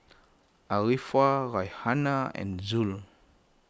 Arifa Raihana and Zul